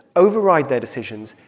override their decisions,